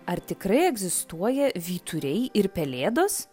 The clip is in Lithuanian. ar tikrai egzistuoja vyturiai ir pelėdos